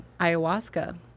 ayahuasca